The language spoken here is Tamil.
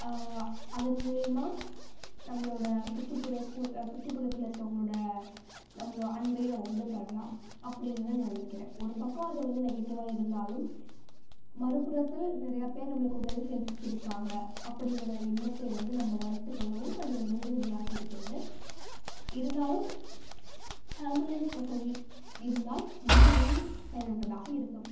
அதன் மூலியமாக நம்மளோட சுற்றுப்புற சூல் சுற்றுப்புறதில் இருக்கவங்களோட நம்மளோ அன்பையும் நாம் வந்து பெறலாம் அப்படிங்கிறது நான் நினக்கிறேன் ஒரு பக்கம் அது வந்து நெகட்டிவாக இருந்தாலும் மறுபுறத்தில் நிறைய பேர் நம்ளுக்கு உதவி செய்யிறதுக் இருக்காங்க அப்படிங்கிற எண்ணத்தை வந்து நம்ம வளர்த்து கொள்ளவும் அது வந்து உதவியாக இருக்கிறது இருந்தாலும் ஆம்புலன்ஸ் வசதி இருந்தால் மிகவும் பயனுள்ளதாக இருக்கும்